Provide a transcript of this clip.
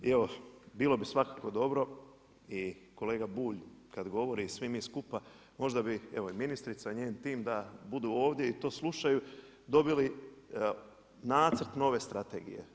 I evo bilo bi svakako dobro i kolega Bulj kad govori i svi mi skupa, možda bi i ministrica i njen tim da budu ovdje i to slušaju, dobili nacrt nove strategije.